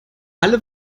alle